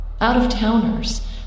Out-of-towners